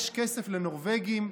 יש כסף לנורבגים,